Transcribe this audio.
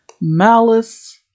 Malice